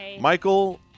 Michael